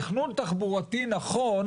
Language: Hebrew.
תכנון תחבורתי נכון,